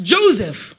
Joseph